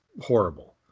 horrible